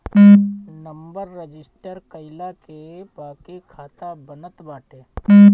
number register कईला के बाके खाता बनत बाटे